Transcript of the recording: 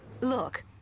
look